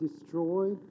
destroy